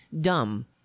dumb